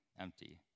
empty